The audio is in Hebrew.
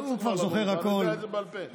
כבר יודע את זה בעל פה.